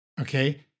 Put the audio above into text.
Okay